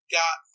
got